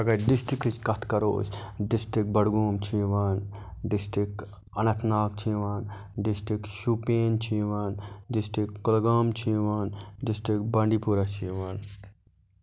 اگر ڈِسٹرکٕچ کتھ کَرو أسۍ ڈسٹرک بَڈگوم چھُ یِوان ڈسٹرک اَنَنت ناگ چھُ یِوان ڈسٹرک شُپیین چھُ یِوان ڈسٹرک کۄلگام چھُ یِوان ڈسٹرک بانڈی پورہ چھُ یِوان